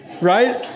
Right